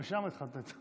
עד שלוש דקות.